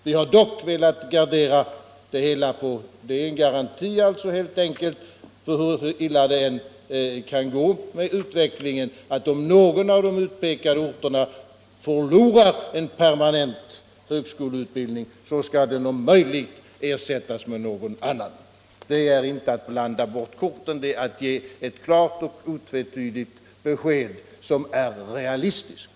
Vi har dock velat gardera oss — alltså helt enkelt utställa en garanti för den händelse det skulle gå så illa — genom att säga att om någon av de utpekade orterna blir utan högskoleutbildning så skall högskoleutbildningen om möjligt ersättas med någon annan utbildning. Det är inte att blanda bort korten — det är att ge ett klart och otvetydigt besked om vad som är realistiskt.